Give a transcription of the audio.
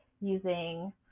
using